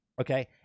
okay